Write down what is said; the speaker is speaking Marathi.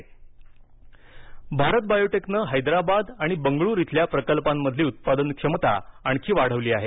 भारत बायोटेक भारत बायोटेकनं हैदराबाद आणि बंगळूर इथल्या प्रकल्पांमधली उत्पादन क्षमता आणखी वाढवली आहे